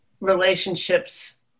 relationships